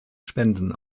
spenden